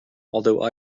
although